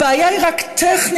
הבעיה היא רק טכנית,